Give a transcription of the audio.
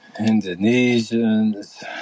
Indonesians